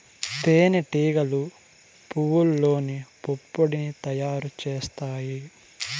తేనె టీగలు పువ్వల్లోని పుప్పొడిని తయారు చేత్తాయి